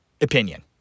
opinion